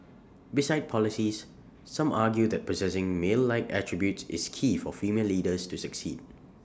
besides policies some argue that possessing male like attributes is key for female leaders to succeed